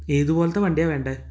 ഏത് പോലത്തെ വണ്ടിയാണ് വേണ്ടത്